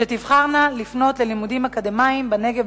שתבחרנה לפנות ללימודים אקדמיים בנגב,